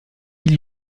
lui